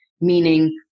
Meaning